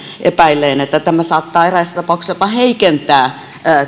epäilleen että tämä saattaa eräissä tapauksissa jopa heikentää